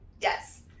yes